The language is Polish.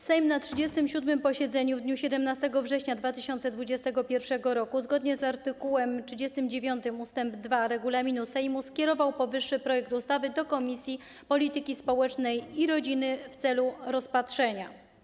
Sejm na 37. posiedzeniu w dniu 17 września 2021 r. zgodnie z art. 39 ust. 2 regulaminu Sejmu skierował powyższy projekt ustawy do Komisji Polityki Społecznej i Rodziny w celu rozpatrzenia.